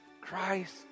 Christ